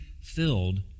filled